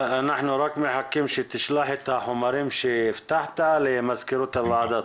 אנחנו רק מחכים שתשלח את החומרים שהבטחת למזכירות הוועדה.